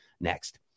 next